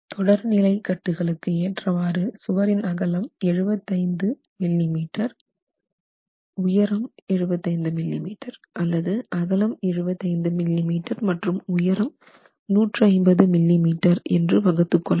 தொடர்நிலை கட்டுகளுக்கு ஏற்றவாறு சுவரின் அகலம் 75 mm உயரம் 75mm அல்லது அகலம் 75mm மற்றும் உயரம் 150mm என்று வகுத்துக் கொள்ளலாம்